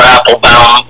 Applebaum